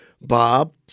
bob